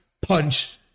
punch